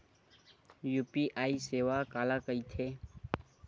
UPI सेवा काला कइथे?